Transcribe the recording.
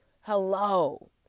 Hello